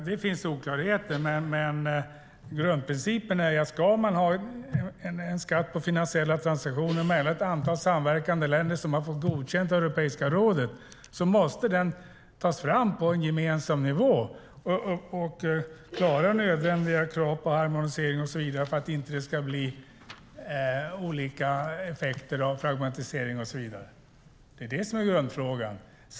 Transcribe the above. Det finns oklarheter, men grundprincipen är att om man ska ha en skatt på finansiella transaktioner mellan ett antal samverkande länder som har fått godkänt av Europeiska rådet så måste den tas fram på en gemensam nivå och klara nödvändiga krav på harmonisering för att det inte ska bli olika effekter, fragmentisering och så vidare. Det är det som är grundfrågan.